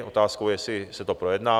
Otázkou je, jestli se to projedná.